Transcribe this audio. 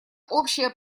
общее